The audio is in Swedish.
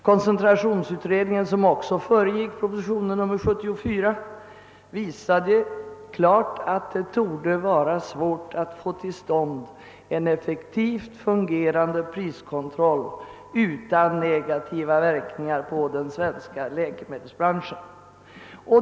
Koncentrationsutredningen, som också föregick propositionen 74, visade klart, att det torde vara svårt att få till stånd en effektivt fungerande priskontroll utan negativa verkningar på den svenska läkemedelsbranschen.